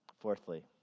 Fourthly